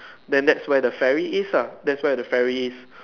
then that's where the ferry is lah that's where the ferry is